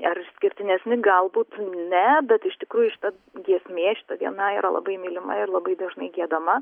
ar išskirtinesni galbūt ne bet iš tikrųjų šita giesmė šita diena yra labai mylima ir labai dažnai giedama